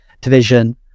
division